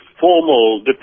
formal